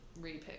repick